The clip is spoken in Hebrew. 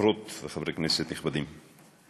חברות וחברי כנסת נכבדים.